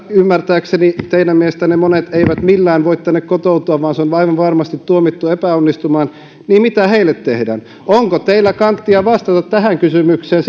joista ymmärtääkseni teidän mielestänne monet eivät millään voi tänne kotoutua vaan kotoutuminen on aivan varmasti tuomittu epäonnistumaan mitä heille tehdään onko teillä kanttia vai ei vastata tähän kysymykseen